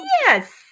yes